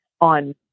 on